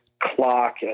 clock